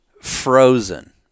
frozen